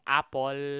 Apple